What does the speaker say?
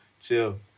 Chill